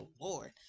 Lord